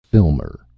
Filmer